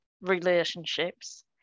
relationships